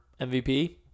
MVP